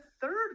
third